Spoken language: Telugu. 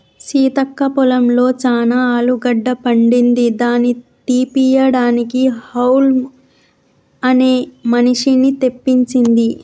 సీతక్క పొలంలో చానా ఆలుగడ్డ పండింది దాని తీపియడానికి హౌల్మ్ అనే మిషిన్ని తెప్పించింది